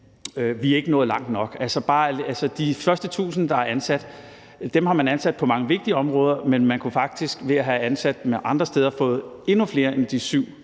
vi er ikke nået langt nok. De første 1.000, der er ansat, har man ansat på mange vigtige områder, men man kunne faktisk ved at have ansat dem andre steder have fået endnu flere end de ca.